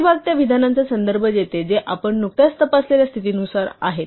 मुख्य भाग त्या विधानांचा संदर्भ देते जे आपण नुकत्याच तपासलेल्या स्थितीनुसार आहेत